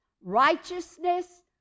Righteousness